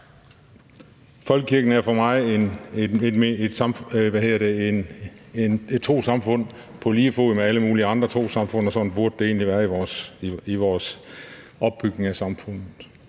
Folkekirken er for mig et trossamfund på lige fod med alle mulige andre trossamfund, og sådan burde det egentlig være i vores opbygning af samfundet.